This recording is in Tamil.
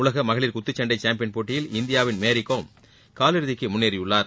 உலக மகளிர் குத்துச்சண்டை சாம்பியன் போட்டியில் இந்தியாவின் மேரிகோம் காலிறுதிக்கு முன்னேறியுள்ளார்